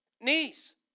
knees